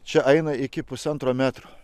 čia eina iki pusantro metro